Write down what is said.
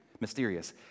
mysterious